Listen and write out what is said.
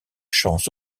chance